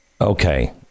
okay